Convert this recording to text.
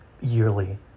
yearly